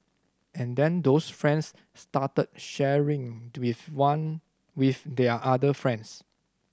and then those friends start sharing with one with their other friends